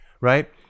right